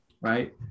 right